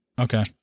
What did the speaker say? Okay